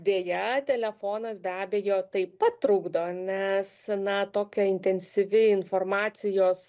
deja telefonas be abejo taip pat trukdo nes na tokia intensyvi informacijos